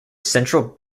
central